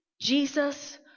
Jesus